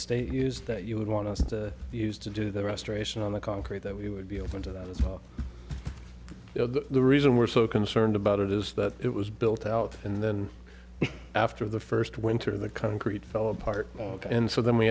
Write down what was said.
state used that you would want us to use to do the restoration on the concrete that we would be open to that as the reason we're so concerned about it is that it was built out and then after the first winter the concrete fell apart and so then we